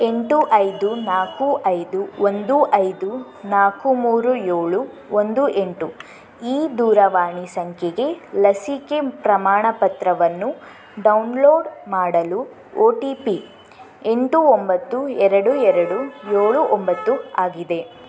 ಎಂಟು ಐದು ನಾಲ್ಕು ಐದು ಒಂದು ಐದು ನಾಲ್ಕು ಮೂರು ಏಳು ಒಂದು ಎಂಟು ಈ ದೂರವಾಣಿ ಸಂಖ್ಯೆಗೆ ಲಸಿಕೆ ಪ್ರಮಾಣ ಪತ್ರವನ್ನು ಡೌನ್ಲೋಡ್ ಮಾಡಲು ಓ ಟಿ ಪಿ ಎಂಟು ಒಂಬತ್ತು ಎರಡು ಎರಡು ಏಳು ಒಂಬತ್ತು ಆಗಿದೆ